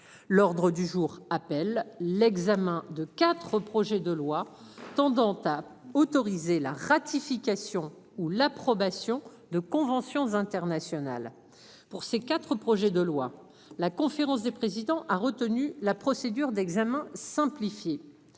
L'ordre du jour appelle l'examen de 4 projets de loi tendant t'a autorisé la ratification ou l'approbation de conventions internationales pour ces 4 projets de loi. La conférence des présidents a retenu la procédure d'examen simplifiée.